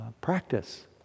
practice